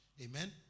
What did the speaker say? Amen